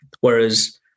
Whereas